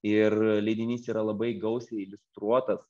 ir leidinys yra labai gausiai iliustruotas